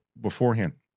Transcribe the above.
beforehand